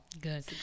Good